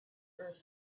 earth